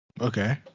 Okay